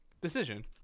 Decision